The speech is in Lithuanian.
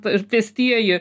ir pėstieji